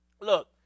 Look